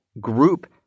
group